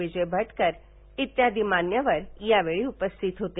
विजय भाक्किर आदी मान्यवर यावेळी उपस्थित होते